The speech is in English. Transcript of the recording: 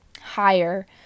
higher